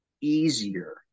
easier